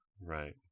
Right